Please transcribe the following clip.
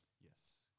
Yes